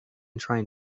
trying